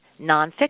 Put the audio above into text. nonfiction